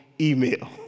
email